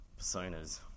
personas